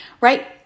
Right